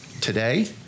today